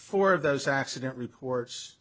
of those accident reports